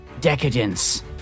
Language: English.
decadence